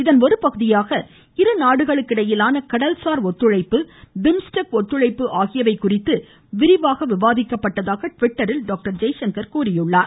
இதன் ஒருபகுதியாக இருநாடுகளுக்கிடையிலான கடல்சார் ஒத்துழைப்பு பிம்ஸ்டெக் ஒத்துழைப்பு ஆகியவை குறித்து விரிவாக விவாதிக்கப்பட்டதாக டிவிட்டரில் டாக்டர் ஜெய்சங்கர் தெரிவித்துள்ளார்